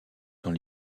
dans